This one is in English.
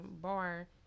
bar